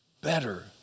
better